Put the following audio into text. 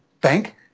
bank